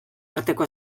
arteko